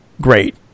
Great